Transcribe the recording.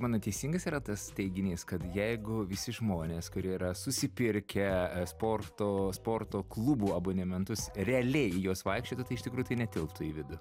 mano teisingas yra tas teiginys kad jeigu visi žmonės kurie yra susipirkę sporto sporto klubų abonementus realiai į juos vaikščiotų tai iš tikrųjų tai netilptų į vidų